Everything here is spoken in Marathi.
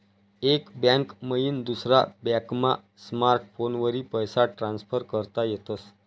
एक बैंक मईन दुसरा बॅकमा स्मार्टफोनवरी पैसा ट्रान्सफर करता येतस